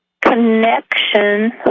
connection